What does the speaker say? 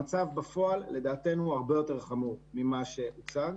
לדעתנו המצב בפועל הרבה יותר חמור ממה שהוצג,